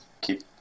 keep